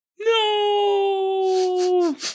No